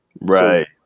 right